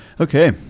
Okay